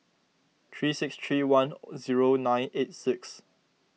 three six three one zero nine eight six